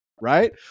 Right